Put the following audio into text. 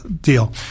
deal